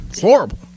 Horrible